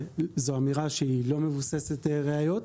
זו אמירה שהיא לא מבוססת ראיות.